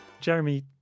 Jeremy